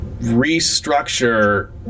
restructure